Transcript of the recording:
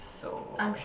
so